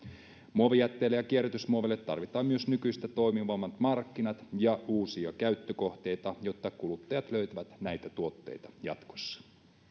muovijätteille ja kierrätysmuoveille tarvitaan myös nykyistä toimivammat markkinat ja uusia käyttökohteita jotta kuluttajat löytävät näitä tuotteita jatkossa